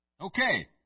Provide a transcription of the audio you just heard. Okay